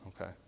Okay